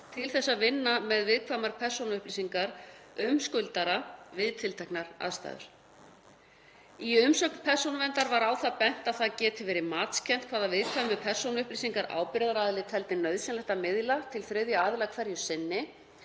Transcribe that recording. til að vinna með viðkvæmar persónuupplýsingar um skuldara við tilteknar aðstæður. Í umsögn Persónuverndar var á það bent að það geti verið matskennt hvaða viðkvæmu persónuupplýsingar ábyrgðaraðili teldi nauðsynlegt að miðla til þriðja aðila hverju sinni